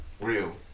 Real